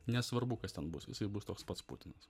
nesvarbu kas ten bus jisai bus toks pats putinas